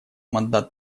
мандат